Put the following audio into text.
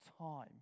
time